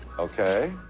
okay.